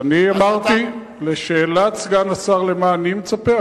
אז לשאלת סגן השר למה אני מצפה,